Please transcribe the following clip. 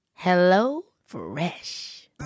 HelloFresh